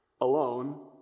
alone